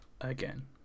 again